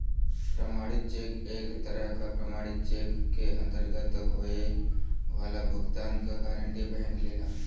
प्रमाणित चेक एक तरह क प्रमाणित चेक के अंतर्गत होये वाला भुगतान क गारंटी बैंक लेला